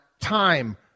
time